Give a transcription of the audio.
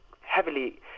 heavily